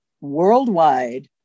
worldwide